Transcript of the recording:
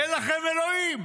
אין לכם אלוהים,